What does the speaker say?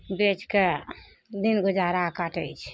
बेचके दिन गुजारा काटय छै